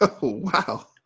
Wow